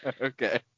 Okay